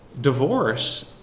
Divorce